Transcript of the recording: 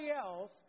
else